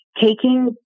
taking